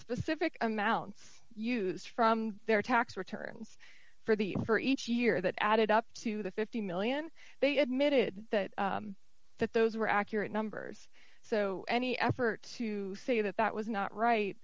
specific amount used from their tax returns for the for each year that added up to the fifty million dollars they admitted that that those were accurate numbers so any effort to say that that was not